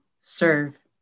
serve